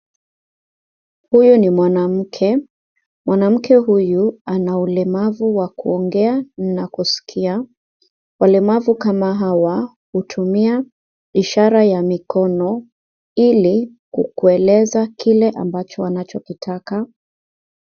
Huyu ni mwanamke, mwanamke huyu ana ulemavu wa kuongea na kusikia, walemavu kama hawa hutumia ishara ya mikono ili kueleza kile ambacho wanacho kitaka.